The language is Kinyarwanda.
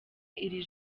iri